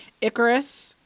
Icarus